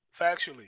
factually